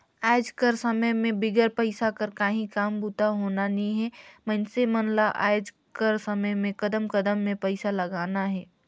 आएज कर समे में बिगर पइसा कर काहीं काम बूता होना नी हे मइनसे मन ल आएज कर समे में कदम कदम में पइसा लगना हे